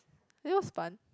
it was fun